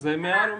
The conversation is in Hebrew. זה מעל ומעבר,